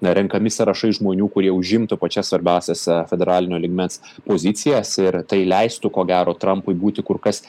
renkami sąrašai žmonių kurie užimtų pačias svarbiausias federalinio lygmens pozicijas ir tai leistų ko gero trampui būti kur kas